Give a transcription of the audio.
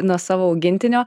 nuo savo augintinio